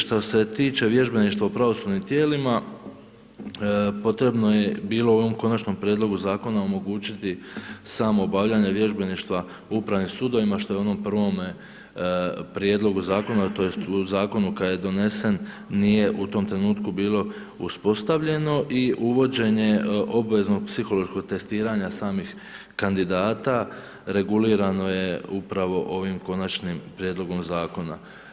Šta se tiče vježbeništva u pravosudnim tijelima, potrebno je bilo u ovom konačnom prijedlogu zakona omogućiti samo obavljanje vježbeništva u upravim sudovima što je u onome prijedlogu zakona tj. u zakonu kad je donesen, nije u tom trenutku bilo uspostavljeno i uvođenje obveznog psihološkog testiranja samih kandidata regulirano je upravo ovim konačnim prijedlogom zakona.